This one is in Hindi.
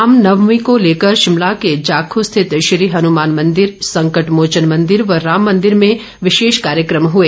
राम नवमीं को लेकर शिमला के जाखू स्थित श्री हन्मान मंदिर संकटमोचन मंदिर व राम मंदिर में विशेष कार्यक्रम हए